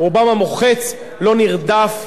רובם המוחץ לא נרדף,